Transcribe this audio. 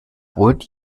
wollt